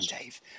Dave